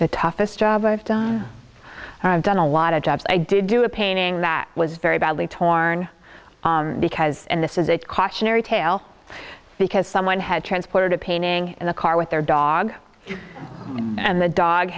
the toughest job i've done i've done a lot of jobs i did do a painting that was very badly torn because and this is a cautionary tale because someone had transported a painting in the car with their dog and the